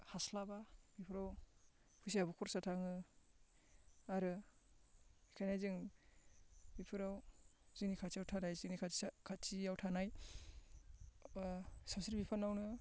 हास्लाबा इफोराव फैसायाबो खरसा थाङो आरो बेखायनो जों बेफोराव जोंनि खाथियाव थानाय जोंनि खाथियाव थानाय ओ सावस्रि बिफानावनो